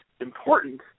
important